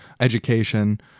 education